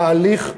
תהליך השלום.